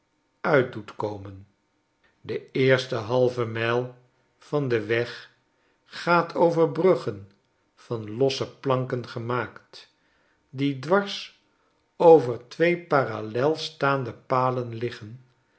doet komen de eerste halve mijl van den weg gaat over bruggen van losse planken gemaakt die dwars over twee parallel staande palen liggen